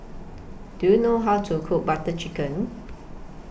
Do YOU know How to Cook Butter Chicken